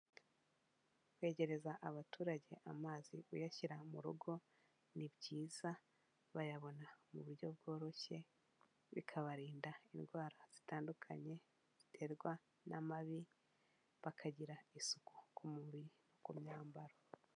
Kwegereza abaturage amazi, kuyashyira mu rugo ni byiza bayabona mu buryo bworoshye bikabarinda indwara zitandukanye ziterwa n'amabi, bakagira isuku ku mubiri no ku myambaro.